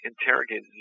interrogated